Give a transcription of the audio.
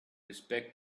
respect